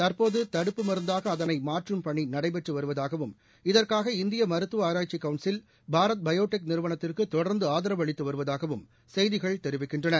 தற்போது தடுப்பு மருந்தாக அதனைமாற்றும் பணி நடைபெற்று வருவதாகவும் இதற்காக இந்திய மருத்துவக் ஆராய்ச்சிக் கவுன்சில் பாரத் பயோடெக் நிறுவனத்திற்கு தொடர்ந்து ஆதரவு அளித்து வருவதாகவும் செய்திகள் தெரிவிக்கின்றன